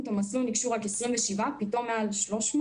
את המסלול ניגשו רק 27 ופתאום יש מעל 300,